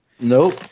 Nope